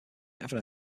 having